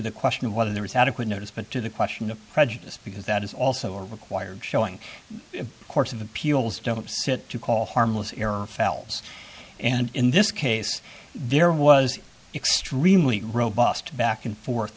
the question of whether there is adequate notice but to the question of prejudice because that is also a required showing courts of appeals don't sit to call harmless error fouls and in this case there was extremely robust back and forth